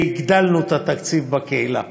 והגדלנו את התקציב בקהילה.